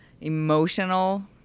emotional